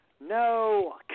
No